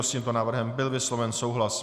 S tímto návrhem byl vysloven souhlas.